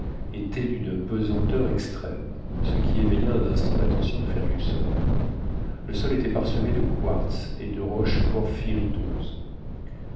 étaient d'une pesanteur extrême ce qui éveilla un instant l'attention de fergusson le sol était parsemé de quartz et de